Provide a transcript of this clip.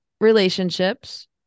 relationships